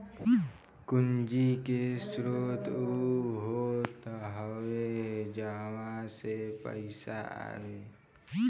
पूंजी के स्रोत उ होत हवे जहवा से पईसा आए